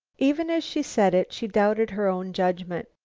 even as she said it, she doubted her own judgment.